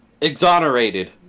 exonerated